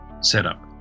setup